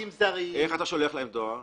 איך אתה שולח להם דואר?